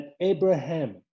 Abraham